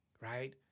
right